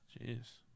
Jeez